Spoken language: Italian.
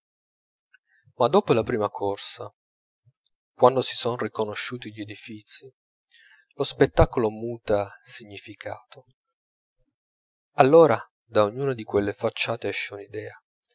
ma dopo la prima corsa quando si son riconosciuti gli edifizi lo spettacolo muta significato allora da ognuna di quelle facciate esce un'idea